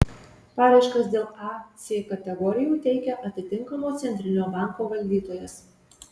paraiškas dėl a c kategorijų teikia atitinkamo centrinio banko valdytojas